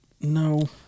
no